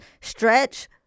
stretch